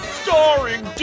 starring